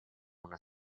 una